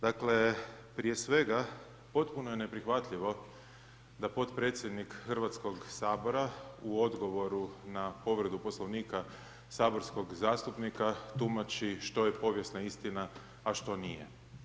Dakle, prije svega potpuno je neprihvatljivo da potpredsjednik Hrvatskog sabora u odgovoru na povredu Poslovnika saborskog zastupnika tumači što je povijesna istina, a što nije.